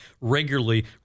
regularly